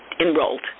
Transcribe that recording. enrolled